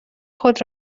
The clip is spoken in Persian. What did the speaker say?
خود